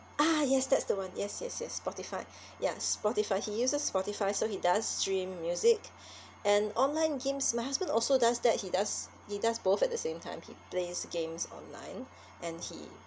ah yes that's the one yes yes yes spotify ya spotify he uses spotify so he does stream music and online games my husband also does that he does he does both at the same time he plays games online and he